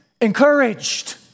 Encouraged